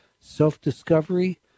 self-discovery